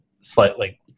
slightly